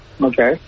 okay